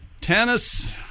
Tennis